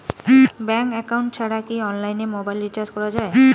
Bank account ছাড়া কি অনলাইনে মোবাইল রিচার্জ করা যায়?